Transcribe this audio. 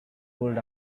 pulled